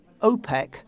OPEC